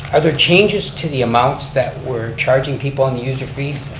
are there changes to the amounts that we're charging people on the user fees.